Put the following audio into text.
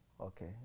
Okay